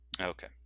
okay